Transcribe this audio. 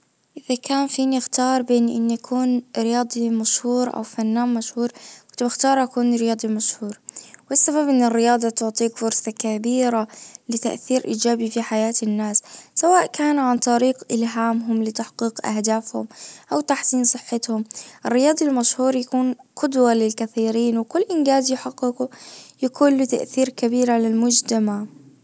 اذاا كان فيني اختار بين اني كون رياضي مشهور او فنان مشهور كنت بختار اكون رياضي مشهور والسبب ان الرياضة تعطيك فرصة كبيرة بتأثير ايجابي في حياة الناس. سواء كان عن طريق الهامهم لتحقيق اهدافهم. او تحسين صحتهم. الرياضي المشهور يكون قدوة للكثيرين وكل انجاز يحققه يكون له تأثير كبير على المجتمع.